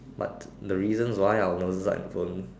what the reasons why our noses are in phone